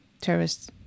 terrorists